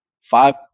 five